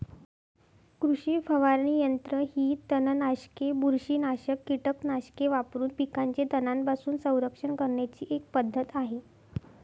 कृषी फवारणी यंत्र ही तणनाशके, बुरशीनाशक कीटकनाशके वापरून पिकांचे तणांपासून संरक्षण करण्याची एक पद्धत आहे